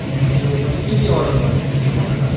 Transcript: त्यो मैले के के अर्डर गरेको थिएँ त्यो भन त